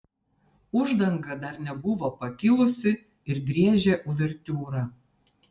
uždanga dar nebuvo pakilusi ir griežė uvertiūrą